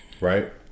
right